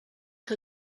que